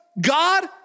God